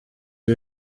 ibi